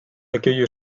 accueille